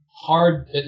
hard